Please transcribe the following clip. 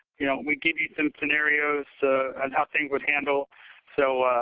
you know, we give you some scenarios on how things would handle so